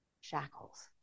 shackles